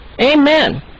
Amen